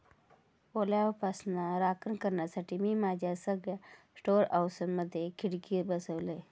ओलाव्यापासना राखण करण्यासाठी, मी माझ्या सगळ्या स्टोअर हाऊसमधे खिडके बसवलय